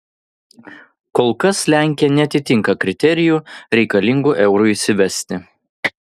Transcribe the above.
kol kas lenkija neatitinka kriterijų reikalingų eurui įsivesti